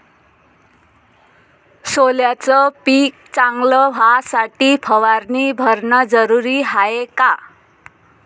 सोल्याचं पिक चांगलं व्हासाठी फवारणी भरनं जरुरी हाये का?